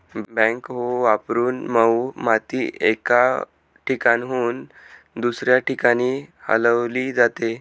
backhoe वापरून मऊ माती एका ठिकाणाहून दुसऱ्या ठिकाणी हलवली जाते